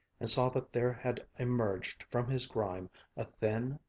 and saw that there had emerged from his grime a thin,